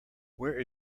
where